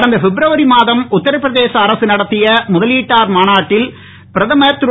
கடந்த பிப்ரவரி மாதம் உத்தரபிரதேச அரக நடத்திய முதலீட்டாளர் மாநாட்டில் பிரதமர் திரு